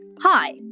hi